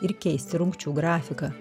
ir keisti rungčių grafiką